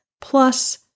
plus